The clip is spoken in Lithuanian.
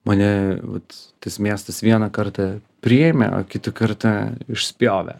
mane vat tas miestas vieną kartą priėmė o kitą kartą išspjovė